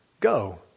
go